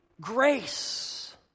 grace